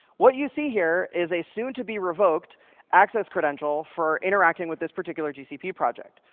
what you see here is a soon-to-be-revoked access credential for interacting with this particular gcp project.